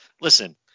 listen